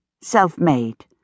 self-made